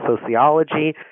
Sociology